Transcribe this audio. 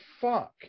fuck